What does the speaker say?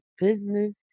business